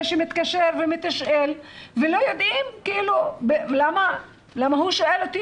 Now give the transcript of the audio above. שמתקשר ומתשאל ולא יודעים למה הוא שואל אותי,